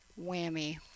Whammy